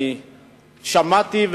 אני שמעתי,